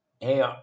Hey